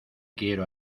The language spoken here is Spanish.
quiero